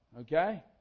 okay